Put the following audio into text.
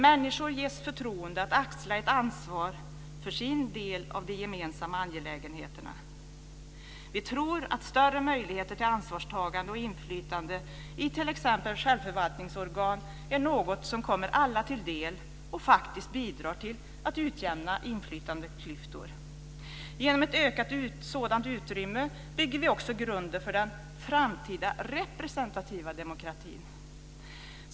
Människor måste ges förtroende att axla ett ansvar för sin del av de gemensamma angelägenheterna. Vi tror att större möjligheter till ansvarstagande och inflytande i t.ex. självförvaltningsorgan är något som kommer alla till del och faktiskt bidrar till att utjämna inflytandeklyftor. Genom ett ökat sådant utrymme bygger vi också grunden för den framtida representativa demokratin.